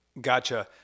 gotcha